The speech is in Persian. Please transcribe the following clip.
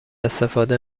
استفاده